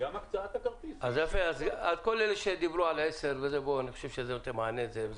אני חושב שזה נותן מענה.